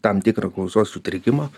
tam tikrą klausos sutrikimą